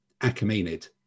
Achaemenid